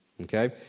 Okay